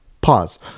Pause